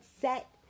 set